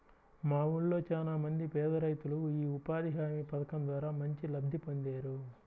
మా ఊళ్ళో చానా మంది పేదరైతులు యీ ఉపాధి హామీ పథకం ద్వారా మంచి లబ్ధి పొందేరు